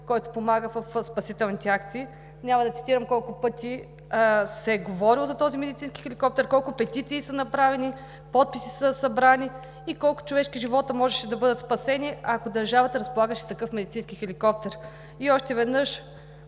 който помага в спасителните акции. Няма да цитирам колко пъти се е говорило за този медицински хеликоптер, колко петиции са направени, подписи са събрани и колко човешки животи можеше да бъдат спасени, ако държавата разполагаше с такъв медицински хеликоптер. Още веднъж